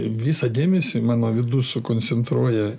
visą dėmesį mano vidus sukoncentruoja